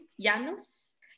janus